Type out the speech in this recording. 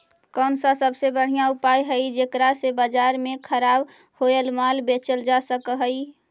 कौन सा सबसे बढ़िया उपाय हई जेकरा से बाजार में खराब होअल माल बेचल जा सक हई?